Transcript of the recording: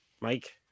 Mike